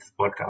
podcast